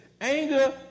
Anger